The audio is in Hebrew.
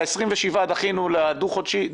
דחינו לדו-חודשי ל-27,